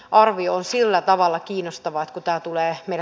arvio sillä tavalla kiinnostavat kultaa tulee mitä